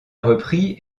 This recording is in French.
repris